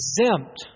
exempt